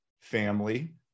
family